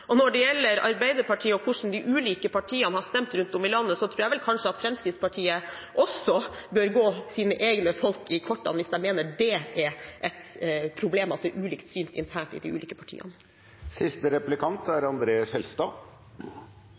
prosess. Når det gjelder Arbeiderpartiet, og hvordan de ulike partiene har stemt rundt om i landet, tror jeg kanskje at Fremskrittspartiet også bør se sine egne folk i kortene hvis de mener det er et problem at det er ulike syn internt i de ulike